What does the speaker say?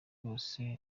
bose